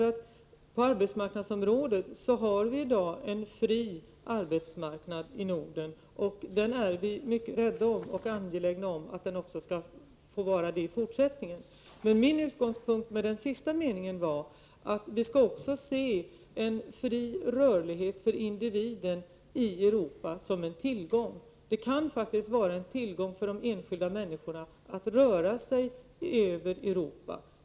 Vi har i dag en fri marknad på arbetsmarknadsområdet i Norden. Den är vi mycket rädda om och angelägna om att den också skall vara det i fortsättningen. Min utgångspunkt när det gäller den sista meningen i svaret var att en fri rörlighet för individen i Europa skall ses som en tillgång. Det kan faktiskt vara en tillgång för de enskilda människorna att kunna röra sig över Europa.